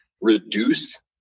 reduce